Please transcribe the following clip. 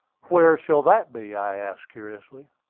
where shall that be? i asked, curiously.